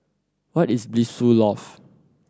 where is Blissful Loft